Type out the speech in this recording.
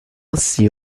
ainsi